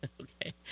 Okay